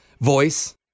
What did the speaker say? voice